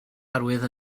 arwydd